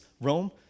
Rome